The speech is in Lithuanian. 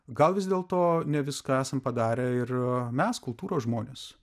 gal vis dėlto ne viską esam padarę ir mes kultūros žmonės